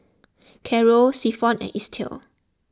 Caro Clifton and Estill